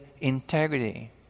integrity